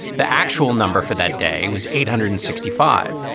the actual number for that day was eight hundred and sixty five.